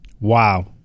Wow